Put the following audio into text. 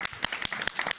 (מוחאים כפיים),